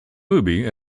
euboea